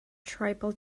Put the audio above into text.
tribal